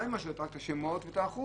מה היא מאשרת, רק את השמות ואת האחוז?